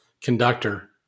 conductor